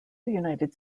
united